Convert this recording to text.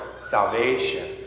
salvation